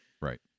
right